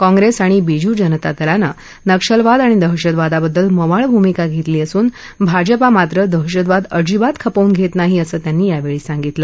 काँग्रस्तआणि बीजू जनता दलानं नक्षलवाद आणि दहशतवादाबद्दल मवाळ भूमिका घत्तमी असून भाजपा मात्र दहशतवाद अजिबात खपवून घट्टनाही असं त्यांनी यावछी सांगितलं